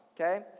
okay